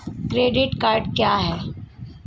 Credit card क्या है?